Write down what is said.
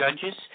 judges